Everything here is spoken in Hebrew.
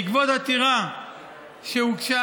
בעקבות עתירה שהוגשה,